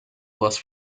was